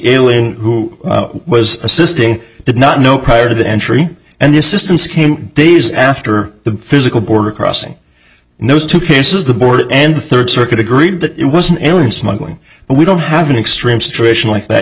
the who was assisting did not know prior to the entry and the assistance came days after the physical border crossing knows two cases the board and the third circuit agreed that it was an alien smuggling and we don't have an extreme situation like that